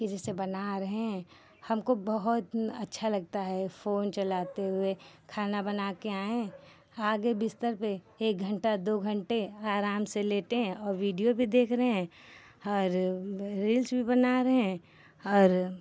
कि जैसे बना रहे हैं हमको बहुत अच्छा लगता है फ़ोन चलाते हुए खाना बनाकर आए हैं आ गए बिस्तर पर एक घन्टा दो घन्टा आराम से लेटे और वीडियो भी देख रहे हैं और रील्स भी बना रहे हैं और